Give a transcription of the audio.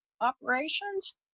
operations